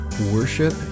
worship